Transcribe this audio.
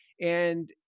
and-